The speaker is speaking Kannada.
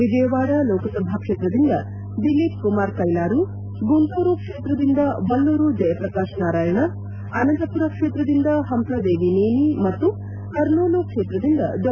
ವಿಜಯವಾಡ ಲೋಕಸಭಾ ಕ್ಷೇತ್ರದಿಂದ ದೀಲಿಪ್ ಕುಮಾರ್ ಕೈಲಾರು ಗುಂಟೂರು ಕ್ಷೇತ್ರದಿಂದ ವಲ್ಣೂರು ಜಯಪ್ರಕಾಶ್ ನಾರಾಯಣ ಅನಂತಪುರ ಕ್ಷೇತ್ರದಿಂದ ಹಂಸಾದೇವಿನೇನಿ ಮತ್ತು ಕರ್ನೂಲ್ ಕ್ಷೇತ್ರದಿಂದ ಡಾ